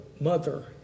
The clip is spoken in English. mother